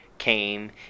came